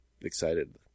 excited